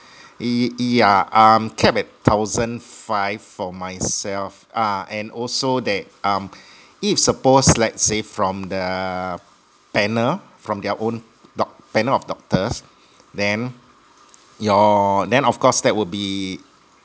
ye~ yeah um capped at thousand five for myself ah and also that um if suppose let's say from the panel from their own doc~ panel of doctors then your then of course that will be